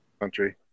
country